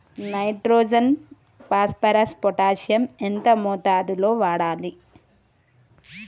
Nitrogen phosphorus potassium ఎంత మోతాదు లో వాడాలి?